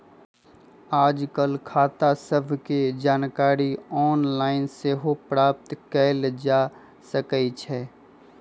याजकाल खता सभके जानकारी ऑनलाइन सेहो प्राप्त कयल जा सकइ छै